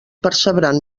percebran